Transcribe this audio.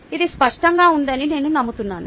ఇది స్పష్టంగా ఉందని నేను నమ్ముతున్నాను